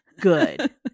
good